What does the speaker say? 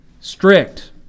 strict